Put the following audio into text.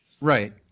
Right